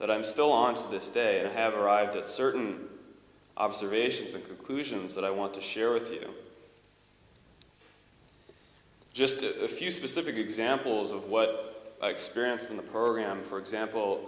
that i'm still on to this day i have arrived at certain observations and conclusions that i want to share with you just a few specific examples of what i experienced in the program for example